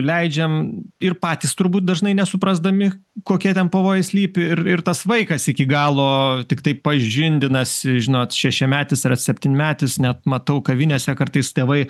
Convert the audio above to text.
leidžiam ir patys turbūt dažnai nesuprasdami kokie ten pavojai slypi ir ir tas vaikas iki galo tiktai pažindinasi žinot šešiametis septynmetis net matau kavinėse kartais tėvai